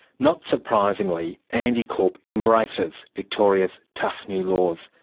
not surprisingly, andy corp embraces victoria's tough new laws.